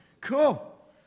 Cool